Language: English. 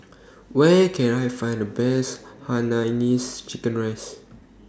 Where Can I Find The Best Hainanese Chicken Rice